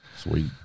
Sweet